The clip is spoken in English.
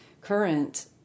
current